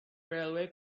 railway